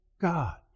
God